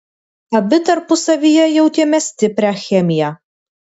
abi tarpusavyje jautėme stiprią chemiją